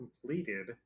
completed